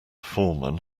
foreman